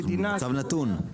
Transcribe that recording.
אנחנו במצב נתון.